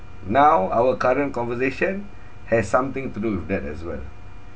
now our current conversation has something to do with that as well